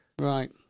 Right